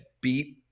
beat